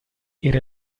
era